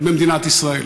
במדינת ישראל.